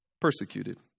persecuted